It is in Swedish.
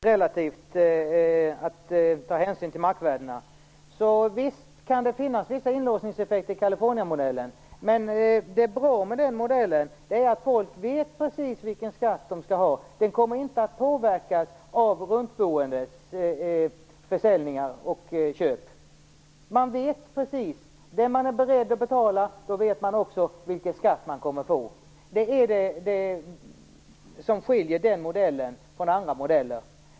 Fru talman! Jag vill börja med taxeringsvärden och Kalifornienmodellen relativt att ta hänsyn till markvärdena. Visst kan det finnas vissa inlåsningseffekter i Kalifornienmodellen. Med det som är bra med den modellen, är att folk vet precis vilken skatt de skall ha. Den kommer inte att påverkas av försäljningar och köp bland dem som bor runt omkring. Utifrån vad man är beredd att betala, vet man också vilken skatt man kommer att få. Det är det som skiljer den modellen från andra modeller.